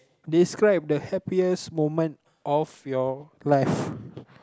describe the happiest moment of your life